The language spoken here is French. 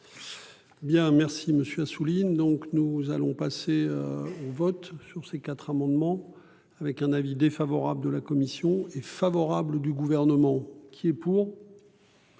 Bien merci monsieur Assouline. Donc nous allons passer au vote sur ces quatre amendements avec un avis défavorable de la commission est favorable du gouvernement qui est pour.